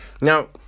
Now